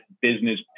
business